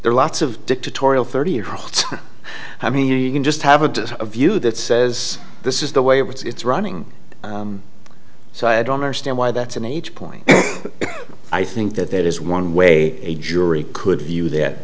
there are lots of dictatorial thirty year olds i mean you can just have a view that says this is the way it's running so i don't understand why that's an h point i think that that is one way a jury could view that